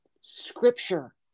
scripture